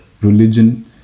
religion